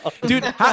Dude